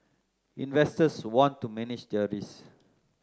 investors want to manage their risk